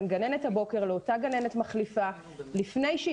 בין גננת הבוקר לאותה גננת מחליפה לפני שהיא